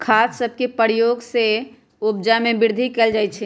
खाद सभके प्रयोग से उपजा में वृद्धि कएल जाइ छइ